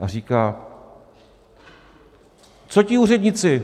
A říká: Co ti úředníci?